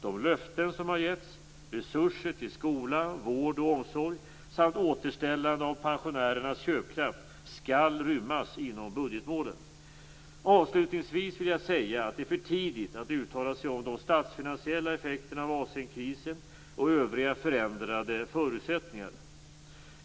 De löften som har getts - resurser till skola, vård och omsorg samt återställande av pensionärernas köpkraft - skall rymmas inom budgetmålen. Avslutningsvis vill jag säga att det är för tidigt att uttala sig om de statsfinansiella effekterna av Asienkrisen och övriga förändrade förutsättningar.